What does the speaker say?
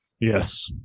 yes